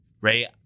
Ray